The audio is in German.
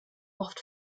oft